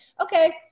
okay